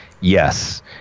yes